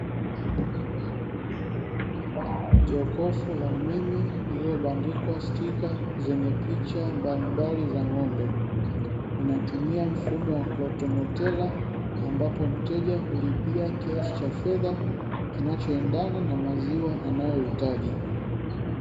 Jokofu la umeme lililobandikwa stika zenye picha mbalimbali za ng'ombe, linatumia mfumo kiutomotela ambapo mteja hulipia kiasi cha fedha kinachoendana na maziwa anayohitaji.